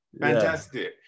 fantastic